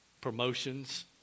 promotions